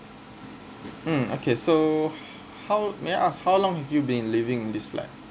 mm okay so how may I ask how long have you been living in this flat